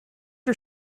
you